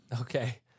Okay